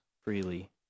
freely